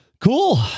Cool